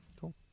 cool